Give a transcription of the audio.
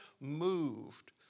moved